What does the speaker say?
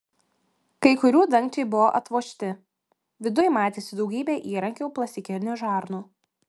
kai kurių dangčiai buvo atvožti viduj matėsi daugybė įrankių plastikinių žarnų